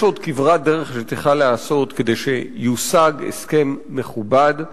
יש עוד כברת דרך שצריכה להיעשות כדי שיושג הסכם מכובד,